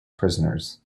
prisoners